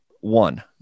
one